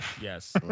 Yes